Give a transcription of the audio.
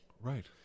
Right